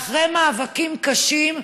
ואחרי מאבקים קשים,